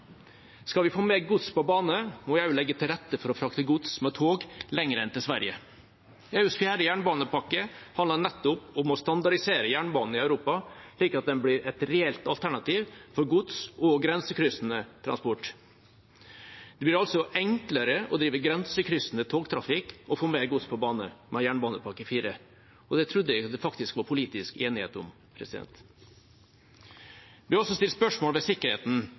Skal vi få mer gods på bane, må vi også legge til rette for å frakte gods med tog lenger enn til Sverige. EUs fjerde jernbanepakke handler nettopp om å standardisere jernbanen i Europa, slik at den blir et reelt alternativ for gods og grensekryssende transport. Det blir altså enklere å drive grensekryssende togtrafikk og få mer gods på bane med Jernbanepakke IV, og det trodde jeg det faktisk var politisk enighet om. Det blir også stilt spørsmål ved sikkerheten.